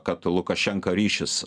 kad lukašenka ryšis